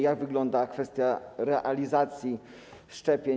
Jak wygląda kwestia realizacji szczepień?